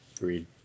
Read